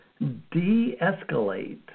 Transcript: de-escalate